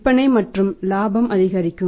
விற்பனை மற்றும் இலாபம் அதிகரிக்கும்